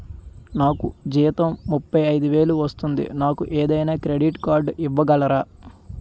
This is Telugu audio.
నాకు జీతం ముప్పై ఐదు వేలు వస్తుంది నాకు ఏదైనా క్రెడిట్ కార్డ్ ఇవ్వగలరా?